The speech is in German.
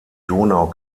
donau